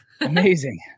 Amazing